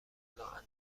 انجام